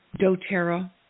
doTERRA